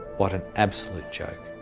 what an absolute joke.